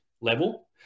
level